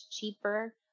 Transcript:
cheaper